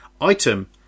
item